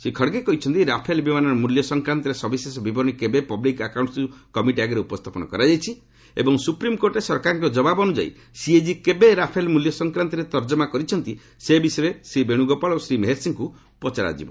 ଶ୍ରୀ ଖାର୍ଗେ କହିଛନ୍ତି ରାଫେଲ ବିମାନର ମୂଲ୍ୟ ସଂକ୍ରାନ୍ତରେ ସବିଶେଷ ବିବରଣୀ କେବେ ପବ୍ଲିକ୍ ଆକାଉଣ୍ଟସ୍ କମିଟି ଆଗରେ ଉପସ୍ଥାପନ କରାଯାଇଛି ଏବଂ ସୁପ୍ରିମ୍କୋର୍ଟରେ ସରକାରଙ୍କ ଜବାବ ଅନୁଯାୟୀ ସିଏଜି କେବେ ରାଫେଲ ମୂଲ୍ୟ ସଂକ୍ରାନ୍ତରେ ତର୍କମା କରିଛନ୍ତି ସେ ବିଷୟରେ ଶ୍ରୀ ବେଣୁଗୋପାଳ ଓ ଶ୍ରୀ ମେହେର୍ଷିଙ୍କୁ ପଚରାଯିବ